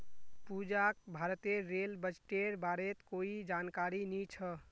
पूजाक भारतेर रेल बजटेर बारेत कोई जानकारी नी छ